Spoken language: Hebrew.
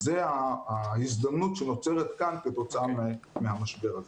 זו ההזדמנות שנוצרת כאן כתוצאה מהמשבר הזה.